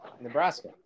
Nebraska